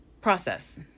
process